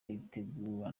itegurwa